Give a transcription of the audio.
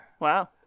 Wow